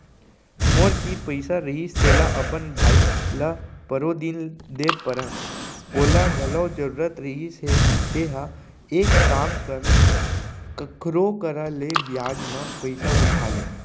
मोर तीर पइसा रहिस तेला अपन भाई ल परोदिन दे परेव ओला घलौ जरूरत रहिस हे तेंहा एक काम कर कखरो करा ले बियाज म पइसा उठा ले